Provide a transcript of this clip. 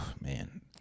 man